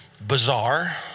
bizarre